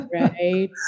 right